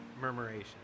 murmuration